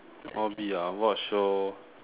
hobby ah watch show